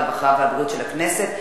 הרווחה והבריאות של הכנסת.